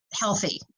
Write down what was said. healthy